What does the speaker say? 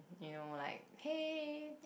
you know like hey